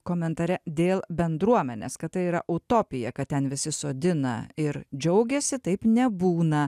komentare dėl bendruomenės kad tai yra utopija kad ten visi sodina ir džiaugiasi taip nebūna